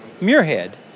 Muirhead